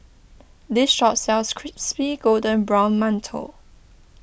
this shop sells Crispy Golden Brown Mantou